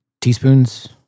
teaspoons